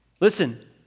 Listen